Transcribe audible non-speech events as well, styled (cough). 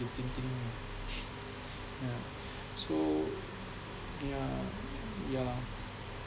visiting (noise) yeah so yeah ya lah